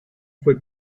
fue